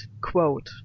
quote